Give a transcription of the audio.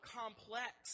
complex